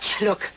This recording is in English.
Look